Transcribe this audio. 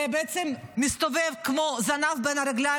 ובעצם מסתובב אצל כולם כמו זנב בין הרגליים,